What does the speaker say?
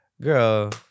girl